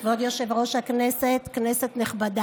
(חבר הכנסת אלמוג כהן